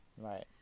Right